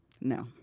No